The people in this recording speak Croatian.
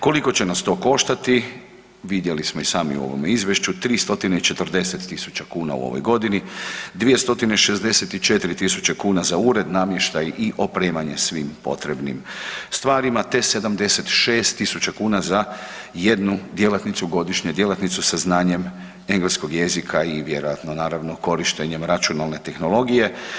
Koliko će nas to koštati, vidjeli smo i sami u izvješću, 340 000 kn u ovoj godini, 264 000 kn za ured, namještaj i opremanje svim potrebnim stvarima te 76 000 kn za jednu djelatnicu godišnje, djelatnicu sa znanjem engleskog jezika i vjerojatno naravno korištenjem računalne tehnologije.